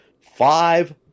five